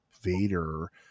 vader